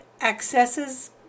Accesses